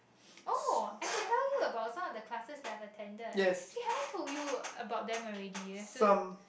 oh I should tell you about some of the classes that I've attended actually have I told you about them already you have to